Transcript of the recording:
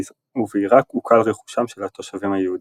ובעיראק עוקל רכושם של התושבים היהודים.